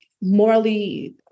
morally